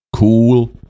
cool